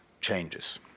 changes